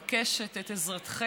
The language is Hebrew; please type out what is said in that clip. נדחתה.